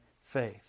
faith